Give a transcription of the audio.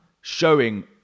showing